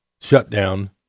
shutdown